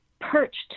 perched